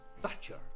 Thatcher